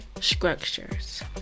structures